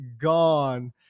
gone